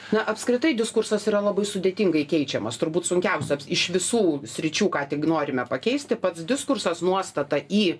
na apskritai diskursas yra labai sudėtingai keičiamas turbūt sunkiausia iš visų sričių ką tik norime pakeisti pats diskursas nuostata į